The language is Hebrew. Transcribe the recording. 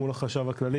מול החשב הכללי,